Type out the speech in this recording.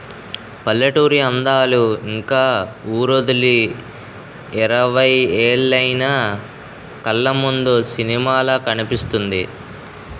పల్లెటూరి అందాలు ఇంక వూరొదిలి ఇరవై ఏలైన కళ్లముందు సినిమాలా కనిపిస్తుంది